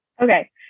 okay